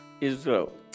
Israel